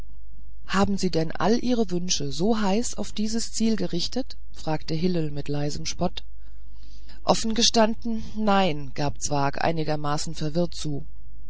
haben sie denn alle ihre wünsche so heiß auf dieses ziel gerichtet fragte hillel mit leisem spott offen gestanden nein gab zwakh einigermaßen verwirrt zu